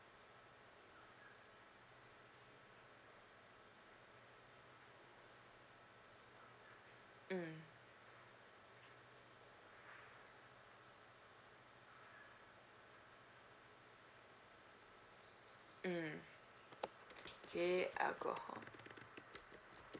mm mm okay alcohol